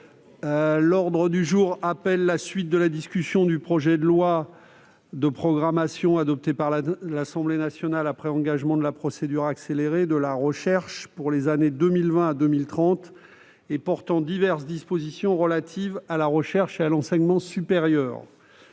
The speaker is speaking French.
L'ordre du jour appelle la suite de la discussion du projet de loi, adopté par l'Assemblée nationale après engagement de la procédure accélérée, de programmation de la recherche pour les années 2021 à 2030 et portant diverses dispositions relatives à la recherche et à l'enseignement supérieur